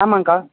ஆமாங்கக்கா